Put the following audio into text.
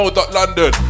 London